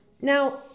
now